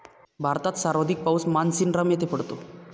भारतात सर्वाधिक पाऊस मानसीनराम येथे पडतो